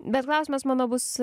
bet klausimas mano bus